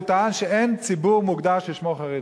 הוא טען שאין ציבור מוגדר ששמו "חרדי".